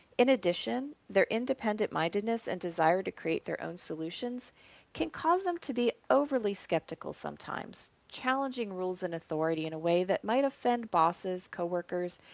in addition, their independent mindedness and desire to create their own solutions can cause them to be overly skeptical sometimes, challenging rules and authority in a way that might offend bosses, co-workers,